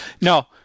no